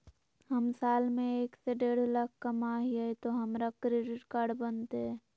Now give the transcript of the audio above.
हम साल में एक से देढ लाख कमा हिये तो हमरा क्रेडिट कार्ड बनते?